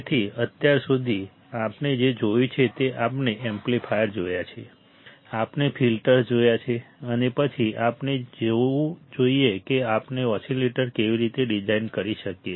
તેથી અત્યાર સુધી આપણે જે જોયું છે તે આપણે એમ્પ્લીફાયર જોયા છે આપણે ફિલ્ટર્સ જોયા છે અને પછી આપણે જોવું જોઈએ કે આપણે ઓસીલેટર કેવી રીતે ડિઝાઇન કરી શકીએ